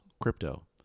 crypto